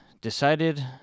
decided